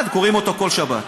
קוראים אותו בכל שבת.